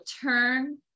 turn